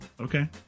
Okay